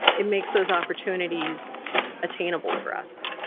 it makes those opportunities attainable for us.